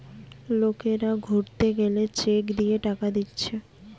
লোকরা ঘুরতে গেলে চেক দিয়ে টাকা দিচ্ছে